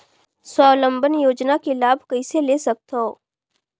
स्वावलंबन योजना के लाभ कइसे ले सकथव?